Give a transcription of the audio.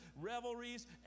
revelries